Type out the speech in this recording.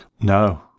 No